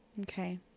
Okay